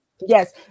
Yes